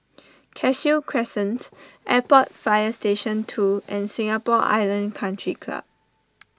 Cashew Crescent Airport Fire Station two and Singapore Island Country Club